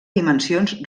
dimensions